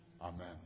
Amen